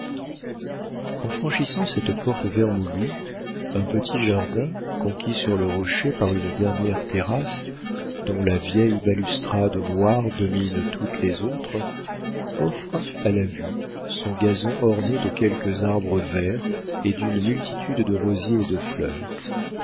en franchissant cette porte vermoulue un petit jardin conquis sur le rocher par une dernière terrasse dont la vieille balustrade noire domine toutes les autres offre à la vue son gazon orné de quelques arbres verts et d'une multitude de rosiers et de fleurs